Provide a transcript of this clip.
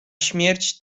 śmierć